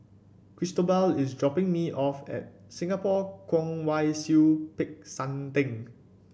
Cristobal is dropping me off at Singapore Kwong Wai Siew Peck San Theng